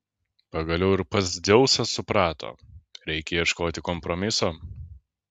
pagaliau ir pats dzeusas suprato reikia ieškoti kompromiso